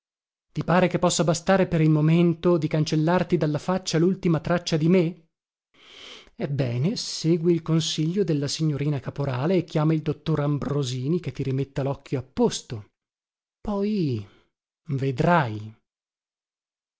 ti pare che possa bastare per il momento il cancellarti dalla faccia lultima traccia di me ebbene segui il consiglio della signorina caporale e chiama il dottor ambrosini che ti rimetta locchio a posto poi vedrai